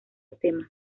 tema